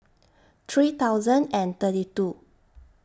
three thousand and thirty two